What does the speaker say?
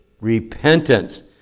Repentance